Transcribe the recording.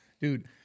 dude